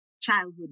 childhood